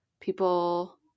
people